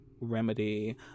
Remedy